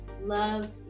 love